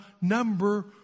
number